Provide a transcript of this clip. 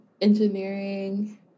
engineering